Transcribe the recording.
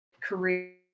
career